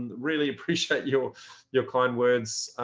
really appreciate your your kind words.